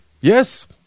yes